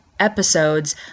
episodes